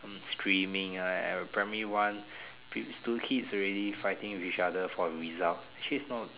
streaming ah at primary one kids already fighting with each other for results actually it's not